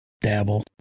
dabble